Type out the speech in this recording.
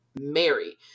Mary